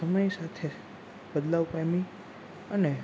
સમય સાથે બદલાવ કરવી અને